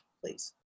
please